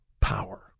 power